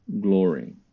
glory